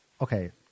Okay